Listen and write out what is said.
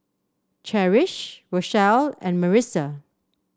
Cherish Rochelle and Marissa